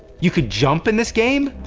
you could jump in this game?